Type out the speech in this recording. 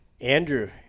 Andrew